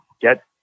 get